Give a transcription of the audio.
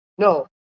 No